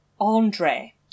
Andre